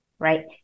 Right